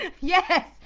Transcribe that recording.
yes